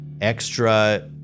extra